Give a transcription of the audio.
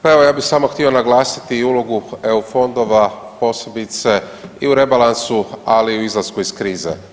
Pa evo ja bih samo htio naglasiti i ulogu eu fondova, posebice i u rebalansu, ali i u izlasku iz krize.